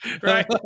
Right